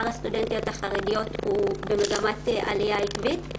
הסטודנטיות החרדיות הוא במגמת עלייה עקבית.